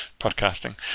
podcasting